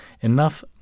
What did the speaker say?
enough